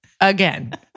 again